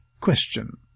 Question